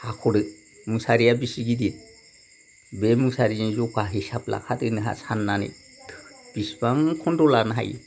हाख'दो मुसारिया बिसि गिदिर बे मुसारिजों ज'खा हिसाब लाखादो नोंहा साननानै थो बिसिबां खन्द' लानो हायो